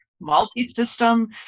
multi-system